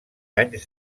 anys